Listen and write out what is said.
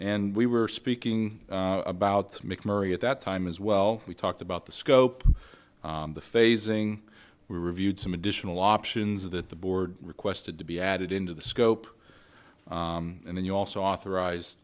and we were speaking about mcmurray at that time as well we talked about the scope the phasing we reviewed some additional options that the board requested to be added into the scope and then you also authorized